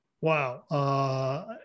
Wow